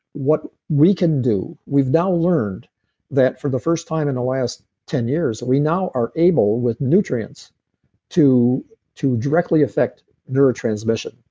what we can do. we've now learned that for the first time in the last ten years, we now are able with nutrients to to directly affect neurotransmission,